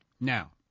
Now